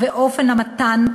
אופן המתן,